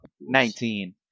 Nineteen